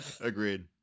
agreed